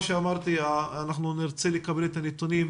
דינה, אנחנו נרצה לקבל נתונים